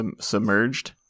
Submerged